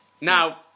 now